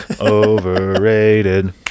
overrated